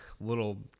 little